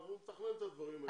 אנחנו נתכלל את הדברים האלה.